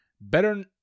better